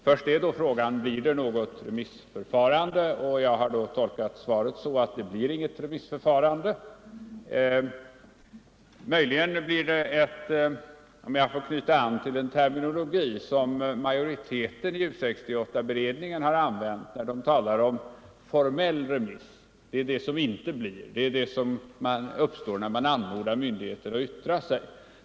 Först frågar man sig om det blir något remissförfarande. Jag tolkar utbildningsministerns svar så att detta inte blir fallet. Man har — om jag får knyta an till den terminologi som majoriteten i U 68-beredningen har använt — talat om en formell remiss. Den blir det inget av. Denna typ av remiss uppstår när man anmodar myndigheter att yttra sig.